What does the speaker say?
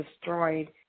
destroyed